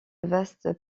vastes